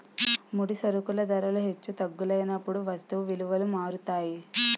ముడి సరుకుల ధరలు హెచ్చు తగ్గులైనప్పుడు వస్తువు విలువలు మారుతాయి